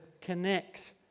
connect